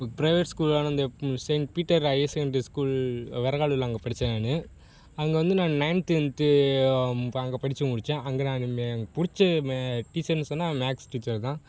இப்போ ப்ரைவேட் ஸ்கூலான இந்த Saint Peter higher secondary school வரங்காலூரில் அங்கே படித்தேன் நான் அங்கே வந்து நான் நைன்த் டென்த்து அங்கே படித்து முடித்தேன் அங்கே நான் மே பிடிச்ச மே டீச்சர்னு சொன்னால் மேக்ஸ் டீச்சர் தான்